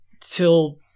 till